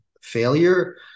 failure